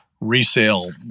resale